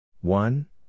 One